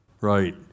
Right